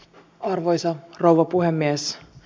arvoisa rouva puhemies